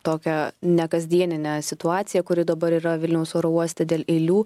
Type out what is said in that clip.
tokią nekasdieninę situaciją kuri dabar yra vilniaus oro uoste dėl eilių